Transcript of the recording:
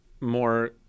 more